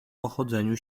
pochodzeniu